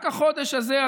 רק החודש הזה,